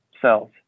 cells